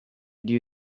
due